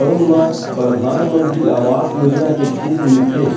तउन म परधानमंतरी आवास योजना के छूट मिलथे